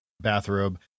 bathrobe